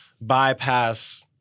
bypass